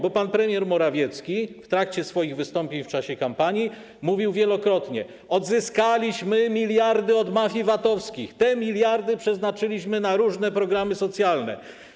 Bo pan premier Morawiecki w trakcie swoich wystąpień w czasie kampanii mówił wielokrotnie: odzyskaliśmy miliardy od mafii VAT-owskich, te miliardy przeznaczyliśmy na różne programy socjalne.